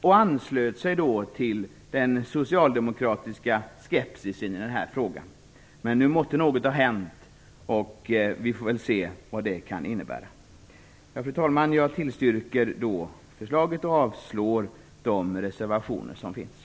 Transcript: Han anslöt sig då till den socialdemokratiska skepsisen i den här frågan. Men nu måste något ha hänt, och vi får väl se vad det kan innebära. Fru talman! Jag tillstyrker förslaget och yrkar avslag på de reservationer som finns.